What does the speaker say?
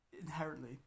inherently